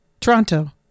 Toronto